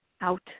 out